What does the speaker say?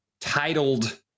titled